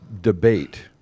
debate